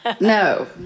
No